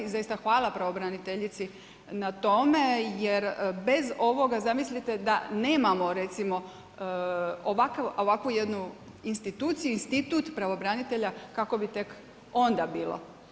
Zaista hvala pravobraniteljici na tome jer bez ovoga zamislite da nemamo recimo ovakvu jednu instituciju, institut pravobranitelja, kako bi tek onda bilo.